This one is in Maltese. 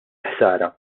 ħsara